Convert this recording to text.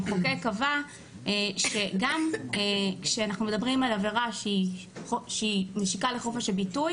המחוקק קבע שגם כשאנחנו מדברים על עבירה שהיא משיקה לחופש הביטוי